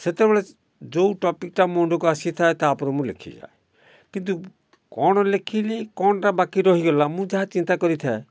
ସେତେବେଳେ ଯେଉଁ ଟପିକ୍ଟା ମୁଣ୍ଡକୁ ଆସିଥାଏ ତା'ଉପରେ ମୁଁ ଲେଖିଯାଏ କିନ୍ତୁ କ'ଣ ଲେଖିଲି କ'ଣଟା ବାକି ରହିଗଲା ମୁଁ ଯାହା ଚିନ୍ତା କରିଥାଏ